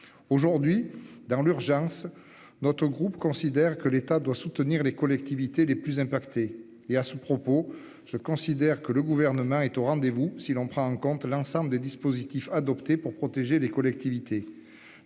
aujourd'hui dans l'urgence. Notre groupe considère que l'État doit soutenir les collectivités les plus impactés. Et à ce propos, je considère que le gouvernement est au rendez vous. Si l'on prend en compte l'ensemble des dispositifs adoptés pour protéger des collectivités.